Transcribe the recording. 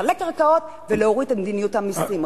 לחלק קרקעות ולהוריד את מדיניות המסים.